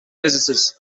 visitors